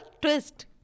twist